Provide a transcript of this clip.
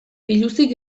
biluzik